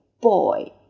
boy